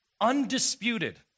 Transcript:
undisputed